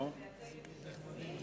אני מייצגת את עצמי,